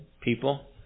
people